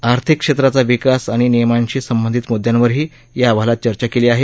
आर्थिक क्षेत्राचा विकास आणि नियमनाशी संबंधित म्द्यांवरही अहवालात चर्चा केली आहे